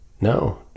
No